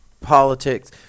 politics